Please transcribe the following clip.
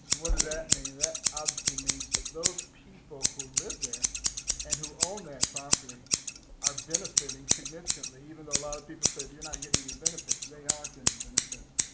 what does that mean? that obviously means that those people who live there and who own that property are benefitting significantly even though a lot of people said, you're not getting any benefits. they are getting benefits.